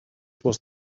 was